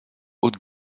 haute